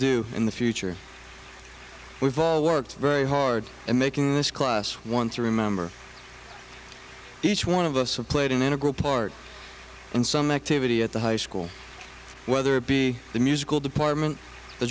do in the future we've all worked very hard in making this class one to remember each one of us who played an integral part in some activity at the high school whether it be the musical department the